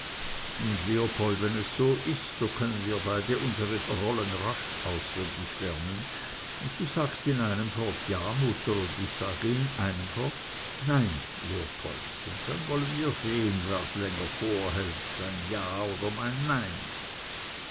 nun leopold wenn es so ist so können wir beide unsere rollen rasch auswendig lernen du sagst in einem fort ja mutter und ich sage in einem fort nein leopold und dann wollen wir sehen was länger vorhält dein ja oder mein nein